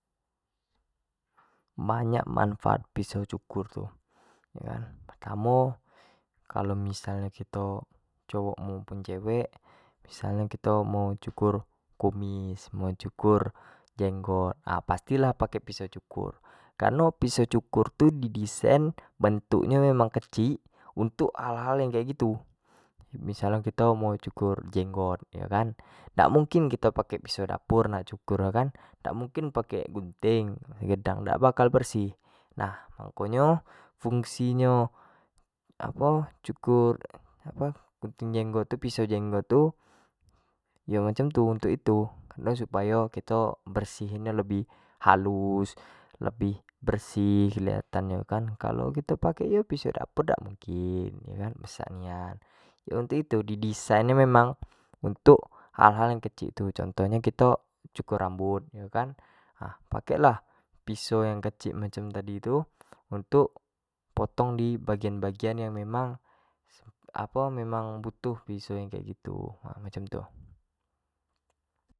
Banyak manfaat nyo piso cukur tu, pertamo kalau missal nyo kito cowok maupun cewek misal nyo kito mau cukur kumis, mau cukur jenggot pasti lah pake pisau cukur, kareno pisau cukur tu di desain bentuk nyo memang kecik untuk hal-hal kek gitu, misal nyo kito mau cukur jenggot yo kan, dak mungkin, kito pake piso dapur nak cukur nyo kan, dak mungkin gunting, gedang dak bakal bersih, nah mako nyo fugsi nyo apo cukur apo gunting jenggot tu piso jenggot tu yo macam tu yo untuk itu kareno supayo kito bersihin lebih halus, lebih bersih kelihatan yo kan, kalo kito pake piso dapur yo dak mungkin yo kan besak nian, yo itu tu do desain nyo tu memang untuk hal-hal yang kecik tu contoh nyo kan untuk cukur rambut kan nah itu kan pakek lah piso yang kecik macam tadi tu untuk potong di bagian-bagian yang memang apo yang memang butuh piso yang macam tu, gitu.